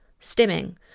stimming